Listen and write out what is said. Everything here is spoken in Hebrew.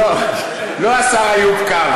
לא השר איוב קרא?